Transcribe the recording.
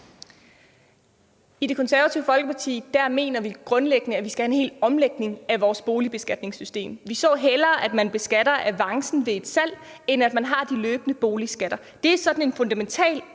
I Det Konservative Folkeparti mener vi grundlæggende, at vi skal have en hel omlægning af vores boligbeskatningssystem. Vi ser hellere, at vi beskatter avancen ved salg, end at vi har de løbende boligskatter. Det er sådan en fundamental